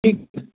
ٹھیک ہے